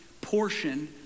portion